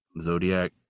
zodiac